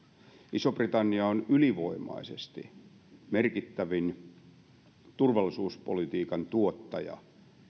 iso britannia on ylivoimaisesti merkittävin turvallisuuspolitiikan tuottaja